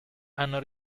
hanno